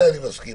לזה אני מסכים.